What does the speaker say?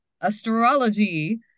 astrology